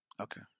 Okay